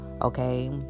Okay